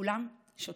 וכולם שותקים.